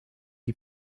die